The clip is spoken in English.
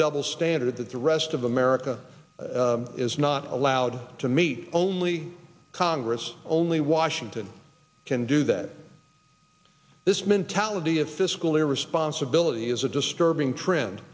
double standard that the rest of america is not allowed to meet only congress only washington can do that this mentality of fiscal irresponsibility is a disturbing trend